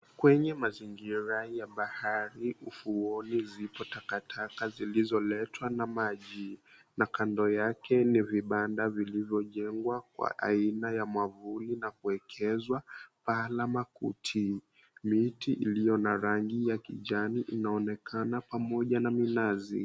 Kwenye mazingira ya bahari ufuoni zipo takataka zilizoletwa na maji na kando yake ni vibanda vilivyojengwa kwa aina ya mwavuli na kuwekezwa paa la makuti, miti iliyo na rangi ya kijani inaonekana pamoja na minazi.